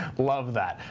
love that.